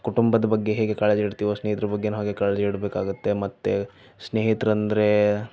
ಕುಟುಂಬದ ಬಗ್ಗೆ ಹೇಗೆ ಕಾಳಜಿ ಇಡ್ತೀವೋ ಸ್ನೇಹಿತರ ಬಗ್ಗೆಯೂ ಹಾಗೆ ಕಾಳಜಿ ಇಡಬೇಕಾಗತ್ತೆ ಮತ್ತು ಸ್ನೇಹಿರೆಂದರೆ